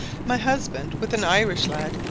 my husband, with an irish lad,